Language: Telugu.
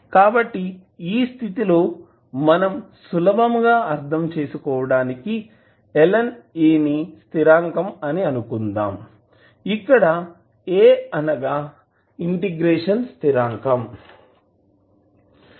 కాబట్టి ఈ స్థితి లో మనం సులభంగా అర్ధం చేసుకోవటానికి ln A ని స్థిరాంకం అని అనుకుందాము ఇక్కడ A అనగా ఇంటెగ్రేషన్ స్థిరాంకం